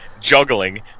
juggling